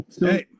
Hey